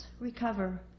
recover